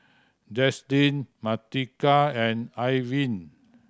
Jaslyn Martika and Irving